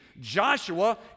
Joshua